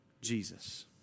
Jesus